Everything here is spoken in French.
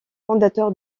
fondateur